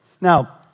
Now